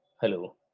Hello